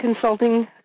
consulting